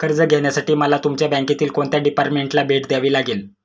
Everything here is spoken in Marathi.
कर्ज घेण्यासाठी मला तुमच्या बँकेतील कोणत्या डिपार्टमेंटला भेट द्यावी लागेल?